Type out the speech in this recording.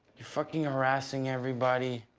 you're fucking harassing everybody.